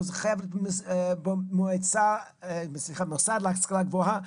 אבל זה חייב להיות במוסד להשכלה גבוהה,